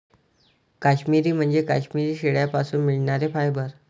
काश्मिरी म्हणजे काश्मिरी शेळ्यांपासून मिळणारे फायबर